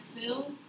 Phil